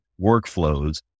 workflows